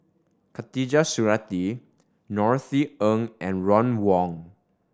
Khatijah Surattee Norothy Ng and Ron Wong